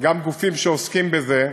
גם גופים שעוסקים בזה,